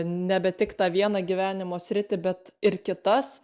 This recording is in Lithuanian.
nebe tik tą vieną gyvenimo sritį bet ir kitas